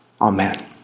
Amen